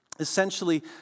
Essentially